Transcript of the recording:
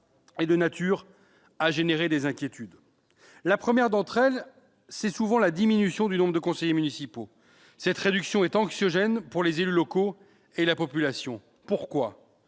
est de nature à engendrer des inquiétudes. La première d'entre elles tient souvent à la diminution du nombre de conseillers municipaux, anxiogène pour les élus locaux et la population. La raison